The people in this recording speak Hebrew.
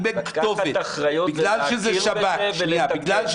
אם אין כתובת -- לקחת אחריות זה להכיר בזה ולתקן.